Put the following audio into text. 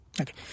Okay